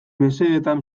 mesedetan